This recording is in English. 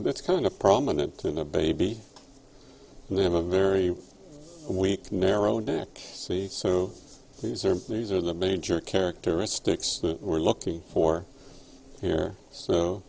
bits kind of prominent in the baby and they have a very weak narrow neck c so these are these are the major characteristics that we're looking for here so